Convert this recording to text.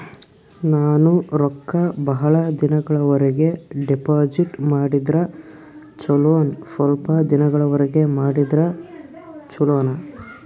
ನಾನು ರೊಕ್ಕ ಬಹಳ ದಿನಗಳವರೆಗೆ ಡಿಪಾಜಿಟ್ ಮಾಡಿದ್ರ ಚೊಲೋನ ಸ್ವಲ್ಪ ದಿನಗಳವರೆಗೆ ಮಾಡಿದ್ರಾ ಚೊಲೋನ?